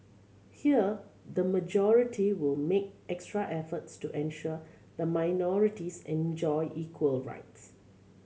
here the majority will make extra efforts to ensure the minorities enjoy equal rights